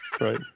Right